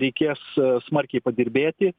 reikės smarkiai padirbėti